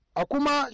akuma